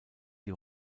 die